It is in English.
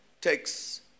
takes